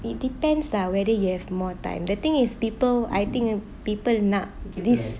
it depends lah whether you have more time the thing is people I think people nak this